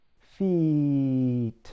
Feet